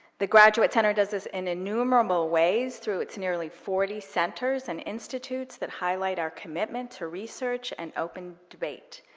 the graduate center does this in innumerable ways through its nearly forty centers and institutes that highlight our commitment to research and open debate.